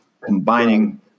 Combining